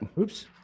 Oops